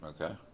Okay